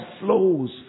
flows